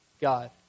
God